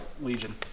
Legion